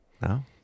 no